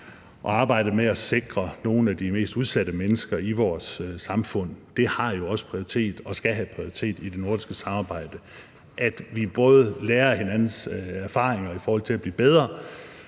og arbejdet med at sikre nogle af de mest udsatte mennesker i vores samfund jo også har prioritet og skal have prioritet i det nordiske samarbejde, så vi lærer af hinandens erfaringer i forhold til at blive bedre